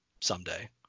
someday